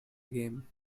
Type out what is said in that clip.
game